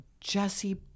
Jesse